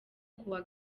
kuwa